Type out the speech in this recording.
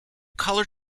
color